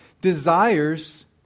desires